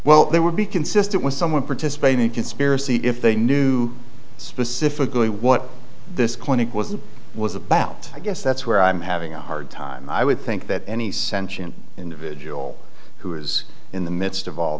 well they would be consistent with someone participating in a conspiracy if they knew specifically what this clinic was it was about i guess that's where i'm having a hard time i would think that any sentient individual who is in the midst of all